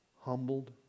humbled